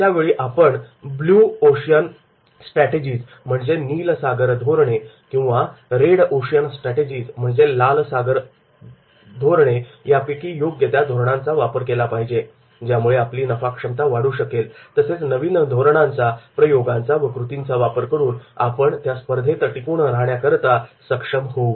अशावेळी आपण नील सागर धोरणे किंवा लाल सागर धोरणे यापैकी योग्य त्या धोरणांचा वापर केला पाहिजे ज्यामुळे आपली नफाक्षमता वाढू शकेल तसेच नवीन धोरणांचा प्रयोगांचा व कृतींचा वापर करून आपण या स्पर्धेत टिकून राहण्याकरिता सक्षम होऊ